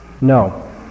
No